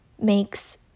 makes